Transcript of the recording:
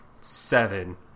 seven